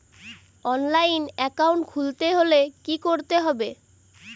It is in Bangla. অনলাইনে একাউন্ট খুলতে হলে কি করতে হবে?